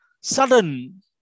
sudden